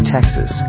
Texas